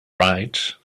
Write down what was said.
right